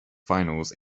finals